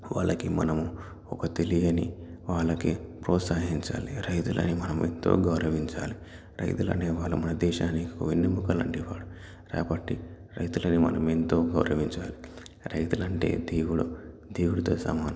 వాళ్ళకి మనం ఒక తెలియని వాళ్ళకి ప్రోత్సహించాలి రైతులని మనం ఎంతో గౌరవించాలి రైతులనే వాళ్ళు మన దేశానికి వెన్నెముక లాంటివాడు కాబట్టి రైతులని మనమెంతో గౌరవించాలి రైతులు అంటే దేవుడు దేవుడితో సమానం